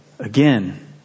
Again